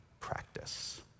practice